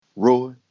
Roy